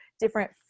different